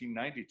1992